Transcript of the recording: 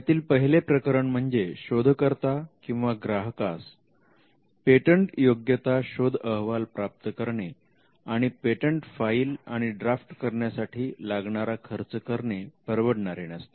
यातील पहिले प्रकरण म्हणजे शोधकर्ता किंवा ग्राहकास पेटंटयोग्यता शोध अहवाल प्राप्त करणे आणि पेटंट फाईल आणि ड्राफ्ट करण्यासाठी लागणारा खर्च करणे परवडणारे नसते